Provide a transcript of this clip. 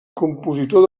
compositor